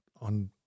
on